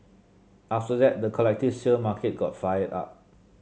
after that the collective sale market got fired up